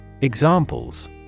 Examples